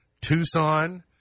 Tucson